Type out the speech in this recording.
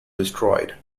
destroyed